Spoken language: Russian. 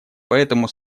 поэтому